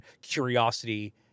curiosity